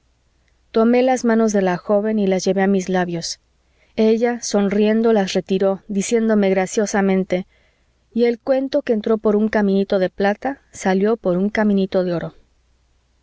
tomé las manos de la joven y las llevé a mis labios ella sonriendo las retiró diciéndome graciosamente y el cuento que entró por un caminito de plata salió por un caminito de oro